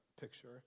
picture